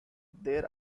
there